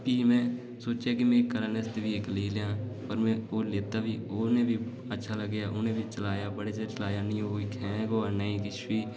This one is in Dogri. फ्ही में सोचेआ कि में घरैआह्लें आस्तै लेई लैं ओह् लैता बी उ'नेंगी बी अच्छा लग्गेआ उ'नें बी चलाए आ बड़े चिर चलाएआ ओह् नेईं हैंग ओह् ऐ नेईं किश बी